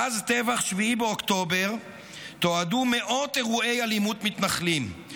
מאז טבח 7 באוקטובר תועדו מאות אירועי אלימות מתנחלים,